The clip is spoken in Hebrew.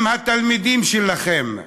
הם התלמידים שלכם,